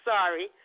sorry